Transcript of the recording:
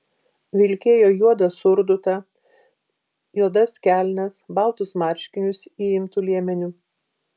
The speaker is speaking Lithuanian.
vilkėjo juodą surdutą juodas kelnes baltus marškinius įimtu liemeniu